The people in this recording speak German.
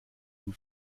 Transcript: dem